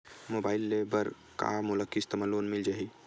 Mobile ले बर का मोला किस्त मा लोन मिल जाही?